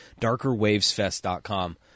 DarkerWavesFest.com